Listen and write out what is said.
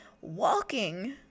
Walking